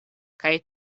kaj